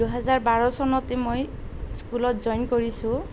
দুহেজাৰ বাৰ চনতে মই স্কুলত জইন কৰিছোঁ